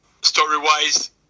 story-wise